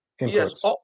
yes